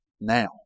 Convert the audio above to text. now